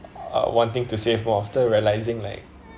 uh wanting to save more after realising like